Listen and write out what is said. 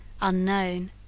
Unknown